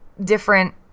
different